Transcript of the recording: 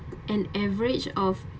an average of